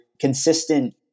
consistent